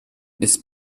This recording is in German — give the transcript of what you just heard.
ist